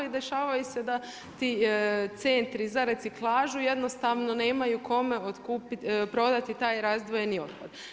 I dešavaju se da ti centri za reciklažu jednostavno nemaju kome prodati taj razdvojeni otpad.